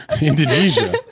Indonesia